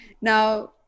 Now